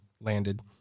landed